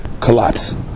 collapse